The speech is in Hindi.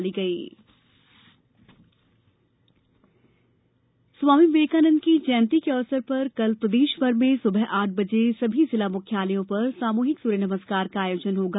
सूर्य नमस्कार स्वामी विवेकानंद की जयंती के अवसर पर कल प्रदेश भर में सुबह आठ बजे सभी जिला मुख्यालयों में सामूहिक सूर्य नमस्कार का आयोजन होगा